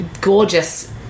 gorgeous